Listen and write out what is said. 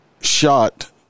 shot